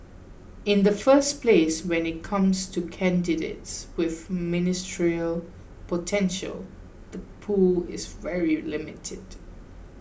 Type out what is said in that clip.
in the first place when it comes to candidates with ministerial potential the pool is very limited